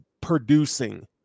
producing